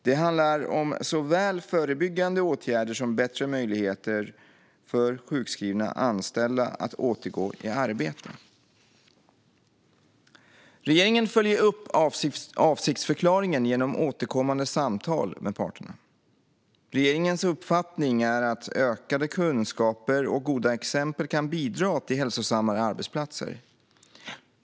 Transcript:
Det handlar om såväl förebyggande åtgärder som bättre möjligheter för sjukskrivna anställda att återgå i arbete. Regeringen följer upp avsiktsförklaringarna genom återkommande samtal med parterna. Regeringens uppfattning är att ökade kunskaper och goda exempel kan bidra till hälsosammare arbetsplatser.